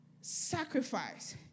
sacrifice